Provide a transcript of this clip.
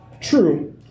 True